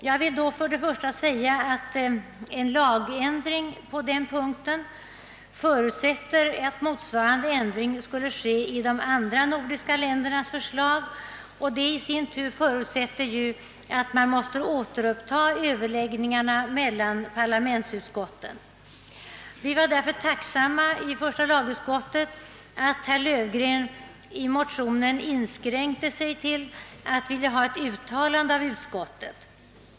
Jag vill då först och främst framhålla att en lagändring på ifrågavarande punkt förutsätter att motsvarande ändring görs i de andra nordiska ländernas förslag, vilket i sin tur förutsätter att överläggningarna mellan parlamentsutskotten återupptas. Vi var därför inom första lagutskottet tacksamma över att herr Löfgren i motionen inskränkte sig till att begära ett uttalande av utskottet.